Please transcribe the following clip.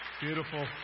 beautiful